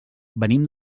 venim